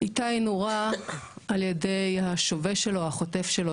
איתי נורה על ידי השובה שלו או החוטף שלו,